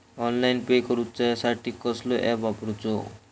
Online pay करूचा साठी कसलो ऍप वापरूचो?